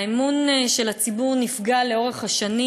האמון של הציבור נפגע לאורך השנים,